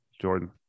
jordan